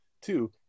Two